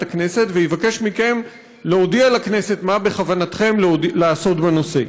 הכנסת ויבקש מכם להודיע לכנסת מה בכוונתכם לעשות בנושא.